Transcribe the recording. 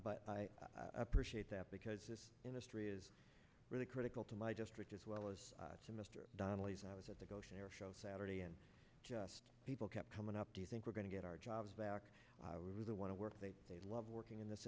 but i appreciate that because this industry is really critical to my district as well as to mr donnelly's i was at the goshen air show saturday and just people kept coming up do you think we're going to get our jobs back really want to work they love working in this